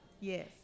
Yes